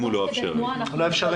אם הוא לא אפשרי --- הוא לא אפשרי.